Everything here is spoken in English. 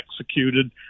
executed